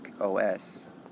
OS